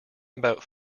about